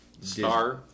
Star